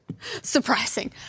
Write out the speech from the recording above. Surprising